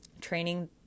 training